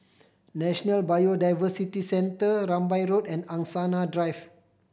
National Biodiversity Centre Rambai Road and Angsana Drive